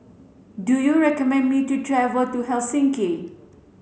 do you recommend me to travel to Helsinki